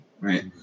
right